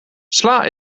sla